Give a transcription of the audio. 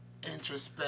introspect